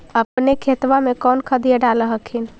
अपने खेतबा मे कौन खदिया डाल हखिन?